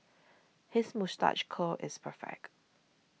his moustache curl is perfect